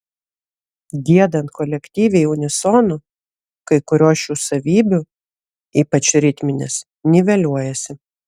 giedant kolektyviai unisonu kai kurios šių savybių ypač ritminės niveliuojasi